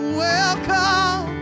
welcome